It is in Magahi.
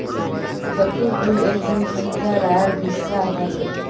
चक्रफूल एकदम सितारार हिस्सा ह छेक